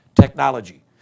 technology